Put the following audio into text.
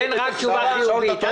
תיתן רק תשובה חיובית.